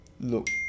look